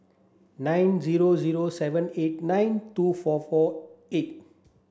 nine zero zero seven eight nine two four four eight